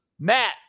Matt